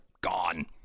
gone